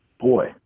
boy